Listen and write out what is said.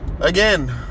Again